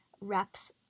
reps